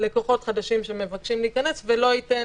לכוחות חדשים שמבקשים להיכנס ולא לאפשר